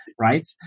right